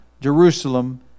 Jerusalem